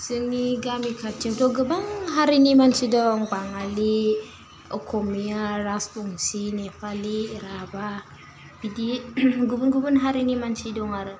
जोंनि गामि खाथियावथ' गोबां हारिनि मानसि दं बाङालि अखमिया रास बंसि नेपालि राभा बिदि गुबुन गुबुन हारिनि मानसि दं आरो